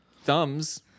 thumbs